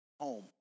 home